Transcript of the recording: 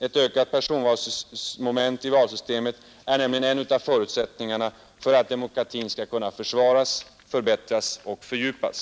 Ett ökat personvalsmoment i valsystemet är nämligen en av förusättningarna för att demokratin skall kunna försvaras, förbättras och fördjupas.